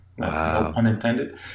Unintended